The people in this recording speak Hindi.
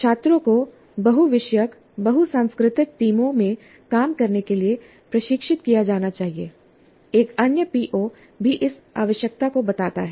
छात्रों को बहु विषयक बहु सांस्कृतिक टीमों में काम करने के लिए प्रशिक्षित किया जाना चाहिए एक अन्य पीओ भी इस आवश्यकता को बताता है